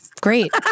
Great